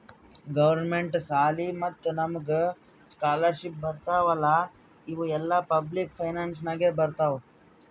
government ಸಾಲಿ ಮತ್ತ ನಮುಗ್ ಸ್ಕಾಲರ್ಶಿಪ್ ಬರ್ತಾವ್ ಅಲ್ಲಾ ಇವು ಎಲ್ಲಾ ಪಬ್ಲಿಕ್ ಫೈನಾನ್ಸ್ ನಾಗೆ ಬರ್ತಾವ್